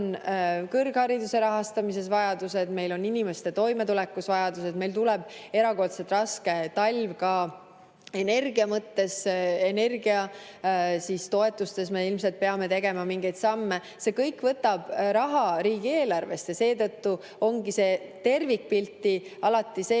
kõrghariduse rahastamises vajadused, meil on inimeste toimetulekus vajadused, meil tuleb erakordselt raske talv ka energia mõttes, energiatoetustega me ilmselt peame tegema mingeid samme. See kõik võtab raha riigieelarvest ja seetõttu ongi see tervikpilt alati see,